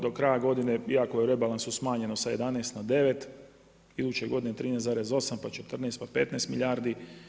Do kraja godine iako je u rebalansu smanjeno sa 11 na 9, iduće godine 13,8, pa 14, pa 15 milijardi.